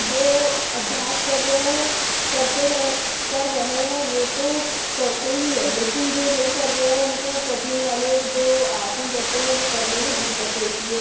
जो अभ्यास कर रहे हैं करते रहे कर रहे हैं वह तो करते ही है लेकिन जो नहीं कर रहे है उनको कठिन वाले जो आसन रहेते है वह करने में दिक्कत होती है